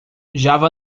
java